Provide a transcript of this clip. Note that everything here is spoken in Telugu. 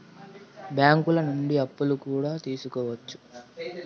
బ్యాంకులు నుండి అప్పులు కూడా తీసుకోవచ్చు